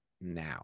now